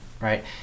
right